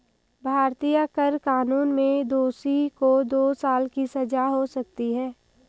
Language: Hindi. भारतीय कर कानून में दोषी को दो साल की सजा हो सकती है